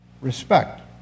respect